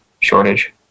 shortage